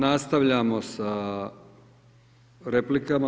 Nastavljamo sa replikama.